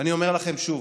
ואני אומר לכם שוב: